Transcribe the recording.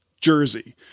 jersey